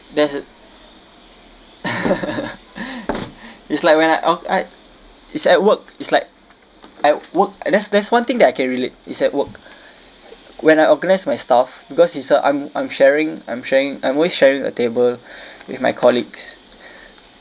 there's a it's like when I I it's at work it's like at work uh that's that's one thing that I can relate it's at work when I organise my stuff because it's a I'm I'm sharing I'm sharing I'm always sharing a table my colleagues